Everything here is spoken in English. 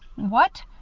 what!